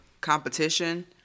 competition